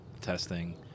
testing